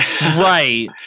right